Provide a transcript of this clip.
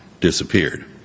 disappeared